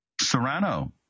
Serrano